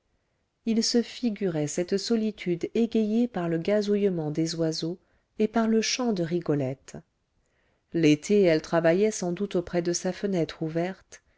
il se figurait cette solitude égayée par le gazouillement des oiseaux et par le chant de rigolette l'été elle travaillait sans doute auprès de sa fenêtre ouverte